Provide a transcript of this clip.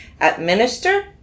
administer